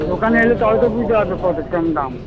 দোকানে এলে তবে তো বুঝতে পারবে কত কিরম দাম